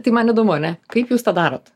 tai man įdomu ar ne kaip jūs tą darot